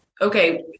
okay